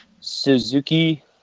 Suzuki